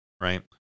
right